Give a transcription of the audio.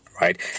right